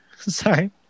Sorry